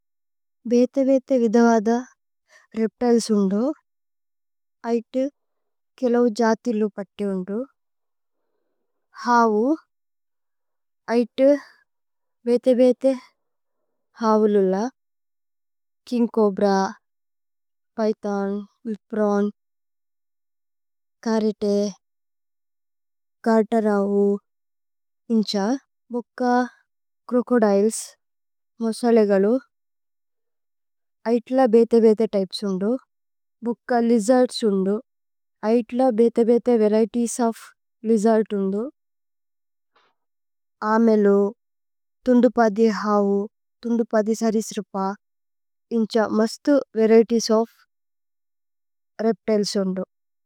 ഭേതേ വേതേ വിദവദ രേപ്തിലേസ് ഓന്ധോ ഐതേ കേലോവ്। ജഥില്ലു പത്തി ഓന്ധോ ഹവു ഐതേ വേതേ। വേതേ ഹവു ലുല്ല കിന്കോബ്ര പ്യ്ഥോന് വിപ്രോന് കരേതേ। കര്തരവു ഇന്ഛ ഭുക്ക ക്രോകോദിലേസ് മോസലേഗലു ഐതേ। ല ബേതേ വേതേ ത്യ്പേസ് ഓന്ധോ ഭുക്ക ലിജര്ദ്സ് ഓന്ധോ। ഐതേ ല ബേതേ വേതേ വരിഏതിഏസ് ഓഫ് ലിജര്ദ്സ് ഓന്ധോ। അമേലു തുന്ദുപദി ഹവു തുന്ദുപദി സരിസ്രുപ। ഇന്ഛ മസ്തു വരിഏതിഏസ് ഓഫ് രേപ്തിലേസ് ഓന്ധോ।